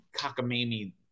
cockamamie